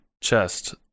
chest